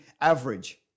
average